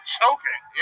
choking